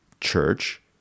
church